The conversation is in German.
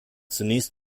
zunächst